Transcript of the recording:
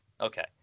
Okay